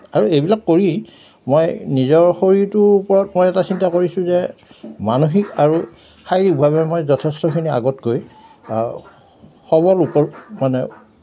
আৰু এইবিলাক কৰি মই নিজৰ শৰীৰটোৰ ওপৰত মই এটা চিন্তা কৰিছোঁ যে মানসিক আৰু শাৰীৰিকভাৱে মই যথেষ্টখিনি আগতকৈ সবল মানে